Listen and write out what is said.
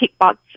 kickbox